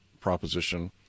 proposition